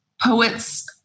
poets